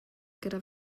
gyda